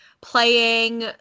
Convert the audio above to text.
playing